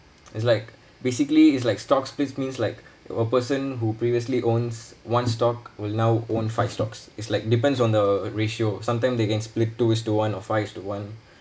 it's like basically is like stock split means like a person who previously owns one stock will now own five stocks is like depends on the ratio sometime they can split two is to one or five is to one